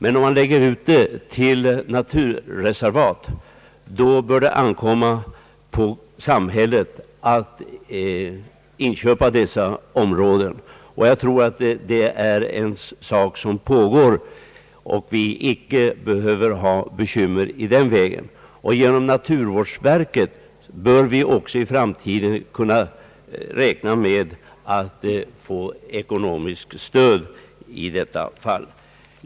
Men om man använder den till naturreservat, bör det ankomma på samhället att inköpa dessa områden. Det är en utveckling som pågår, och vi behöver nog inte ha bekymmer i den vägen. Kommunerna bör i framtiden kunna räkna med att via naturvårdsverket få ekonomiskt stöd för detta ändamål.